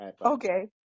Okay